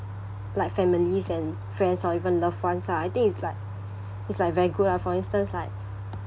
like families and friends or even loved ones lah I think it's like it's like very good lah for instance like